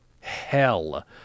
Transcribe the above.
hell